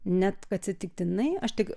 net atsitiktinai aš tik